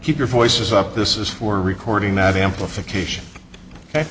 keep your voices up this is for recording